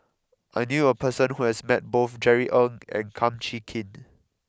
I knew a person who has met both Jerry Ng and Kum Chee Kin